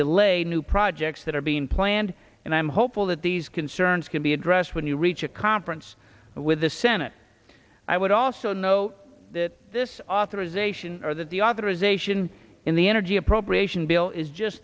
delay new projects that are being planned and i'm hopeful that these concerns can be addressed when you reach a conference with the senate i would also note that this authorization that the authorization in the energy appropriation bill is just